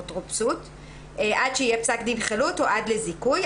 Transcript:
האפוטרופסות עד שיהיה פסק דין חלוט או עד לזיכוי.